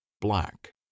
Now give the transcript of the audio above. Black